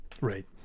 Right